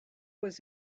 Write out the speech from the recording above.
was